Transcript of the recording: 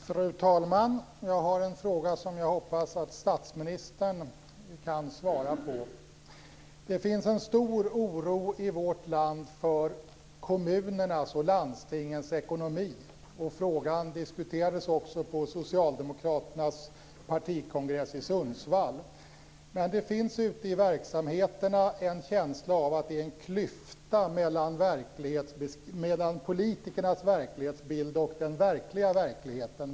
Fru talman! Jag har en fråga som jag hoppas att statsministern kan svara på. Det finns en stor oro i vårt land för kommunernas och landstingens ekonomi. Frågan diskuterades också på Socialdemokraternas partikongress i Sundsvall. Men det finns ute i verksamheterna en känsla av att det är en klyfta mellan politikernas verklighetsbild och den verkliga verkligheten.